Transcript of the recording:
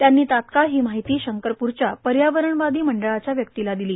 त्यांनी तात्काळ ही माहिती शंकरप्रच्या पर्यावरणवादी मंडळाच्या व्यक्तीला दिली